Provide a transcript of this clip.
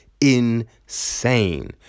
insane